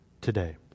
today